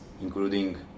including